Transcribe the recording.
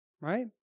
Right